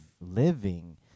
living